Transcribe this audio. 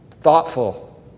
thoughtful